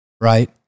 right